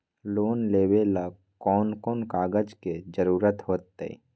Loan लेवेला कौन कौन कागज के जरूरत होतई?